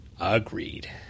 Agreed